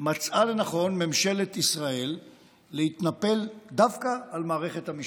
מצאה לנכון ממשלת ישראל להתנפל דווקא על מערכת המשפט.